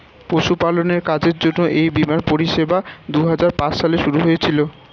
পশুপালনের কাজের জন্য এই বীমার পরিষেবা দুহাজার পাঁচ সালে শুরু হয়েছিল